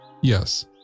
Yes